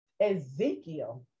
Ezekiel